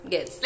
Yes